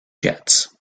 jets